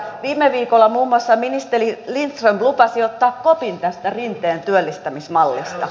viime viikolla muun muassa ministeri lindström lupasi ottaa kopin tästä rinteen työllistämismallista